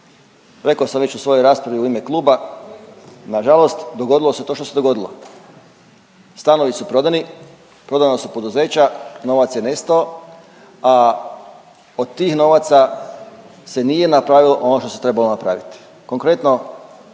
Reko sam već u svojoj raspravi u ime kluba, nažalost dogodilo se to što se dogodilo, stanovi su prodani, prodana su poduzeća, novac je nestao, a od tih novaca se nije napravilo ono što se trebalo napraviti.